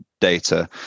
data